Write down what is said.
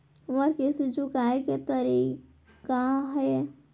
मोर किस्ती चुकोय के तारीक का हे?